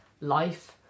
life